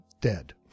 dead